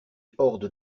hordes